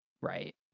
right